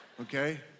Okay